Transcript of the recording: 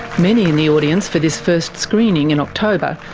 many in the audience for this first screening, in october,